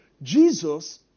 Jesus